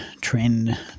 trend